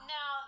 Now